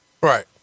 Right